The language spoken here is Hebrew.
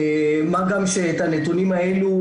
מה גם שאת הנתונים האלו,